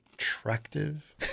Attractive